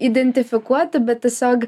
identifikuoti bet tiesiog